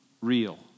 real